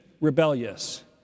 rebellious